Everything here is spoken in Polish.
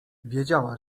wiedziała